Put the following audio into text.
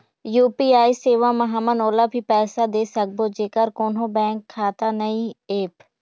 UPI सेवा म हमन ओला भी पैसा दे सकबो जेकर कोन्हो बैंक खाता नई ऐप?